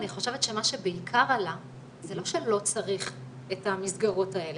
אני חושבת שמה שבעיקר עלה זה לא שלא צריך את המסגרות האלה,